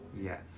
Yes